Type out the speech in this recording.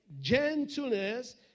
gentleness